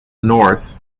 north